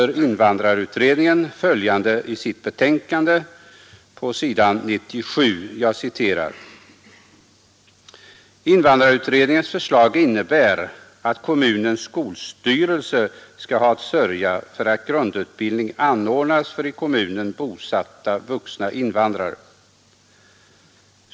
Invandrarutredningen anför i sitt betänkande på s. 97 följande: ”IU:s förslag innebär att kommunens skolstyrelse skall ha att sörja för att grundutbildning anordnas för i kommunen bosatta vuxna invandrare.